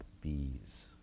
bees